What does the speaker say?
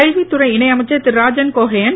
ரயில்வேதுறை இணை அமைச்சர் திரு ராஜன் கோகைய்ன்